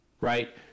right